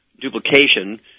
duplication